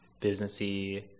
businessy